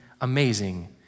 amazing